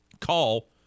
call